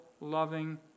loving